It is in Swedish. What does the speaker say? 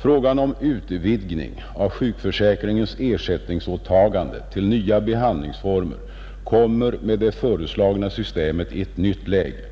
Frågan om utvidgning av sjukförsäkringens ersättningsåtagande till nya behandlingsformer kommer med det föreslagna systemet i ett nytt läge.